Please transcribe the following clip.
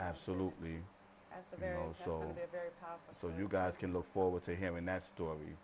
absolutely so so you guys can look forward to hearing that story